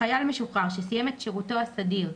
"(א)חייל משוחרר שסיים את שירותו הסדיר..."